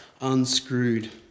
unscrewed